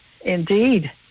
Indeed